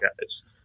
guys